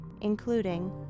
including